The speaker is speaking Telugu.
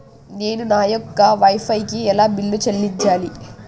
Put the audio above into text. నేను నా యొక్క వై ఫై కి ఎలా బిల్లు చెల్లించాలి?